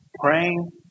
praying